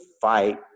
fight